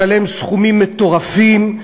לשלם סכומים מטורפים,